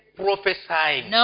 prophesying